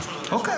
אוקיי,